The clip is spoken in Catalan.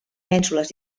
mènsules